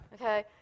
Okay